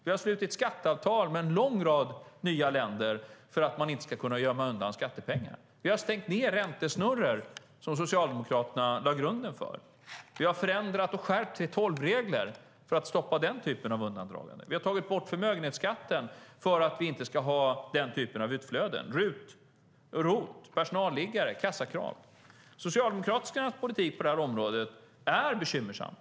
Vi har slutit skatteavtal med en lång rad nya länder för att man inte ska kunna gömma undan skattepengar. Vi har stängt räntesnurror som Socialdemokraterna lade grunden för. Vi har förändrat och skärpt 3:12-reglerna för att stoppa undandragande. Vi har tagit bort förmögenhetsskatten för att inte få den typen av utflöden. RUT, ROT, personalliggare och kassakrav är andra exempel. Socialdemokraternas politik på det här området är bekymmersam.